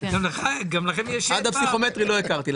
עד הפסיכומטרי לא הכרתי.